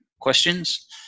questions